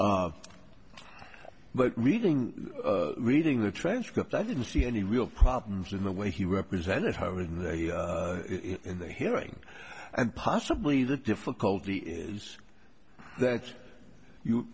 but reading reading the transcript i didn't see any real problems in the way he represented hiring in the hearing and possibly the difficulty is that you